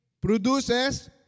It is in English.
produces